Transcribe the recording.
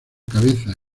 cabeza